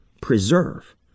preserve